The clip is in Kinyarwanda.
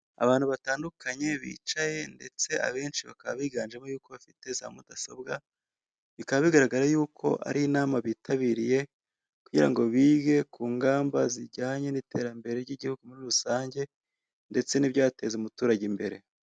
Abantu batandukanye, bicaye ndetse abenshi bakaba biganjemo yuko bafite za mudasobwa, bikaba bigaragara yuko ari inama bitabiriye kugira ngo bige ku ngamba zijyanye n'iterambere ry'igihugu muri rusange ndetse n'ibyateza umuturage imbere.